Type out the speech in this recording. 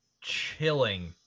chilling